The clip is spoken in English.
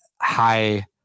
high